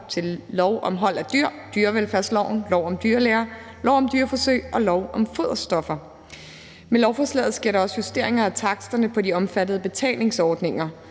til lov om hold af dyr, dyrevelfærdsloven, lov om dyrlæger, lov om dyreforsøg og lov om foderstoffer. Med lovforslaget sker der også justeringer af taksterne på de omfattede betalingsordninger.